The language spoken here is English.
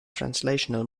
translational